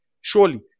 Surely